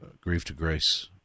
grief-to-grace